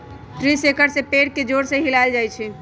tree shaker से पेड़ के जोर से हिलाएल जाई छई